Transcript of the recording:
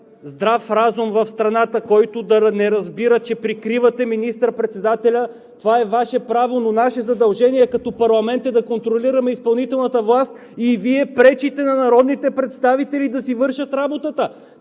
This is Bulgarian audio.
здрав разум в страната, който да не разбира, че прикривате министър-председателя! Това е Ваше право, но наше задължение като парламент е да контролираме изпълнителната власт и Вие пречите на народните представители да си вършат работата.